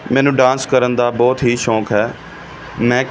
ਮੈਨੂੰ ਡਾਂਸ ਕਰਨ ਦਾ ਬਹੁਤ ਹੀ ਸ਼ੋਂਕ ਹੈ ਮੈਂ